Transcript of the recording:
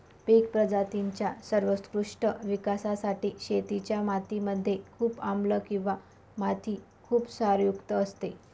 पिक प्रजातींच्या सर्वोत्कृष्ट विकासासाठी शेतीच्या माती मध्ये खूप आम्लं किंवा माती खुप क्षारयुक्त असते